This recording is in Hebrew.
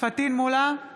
פטין מולא,